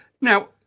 Now